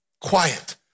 quiet